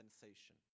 sensation